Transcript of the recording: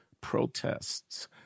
protests—